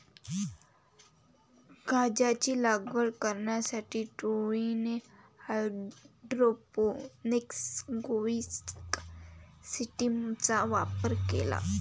गांजाची लागवड करण्यासाठी टोळीने हायड्रोपोनिक्स ग्रोइंग सिस्टीमचा वापर केला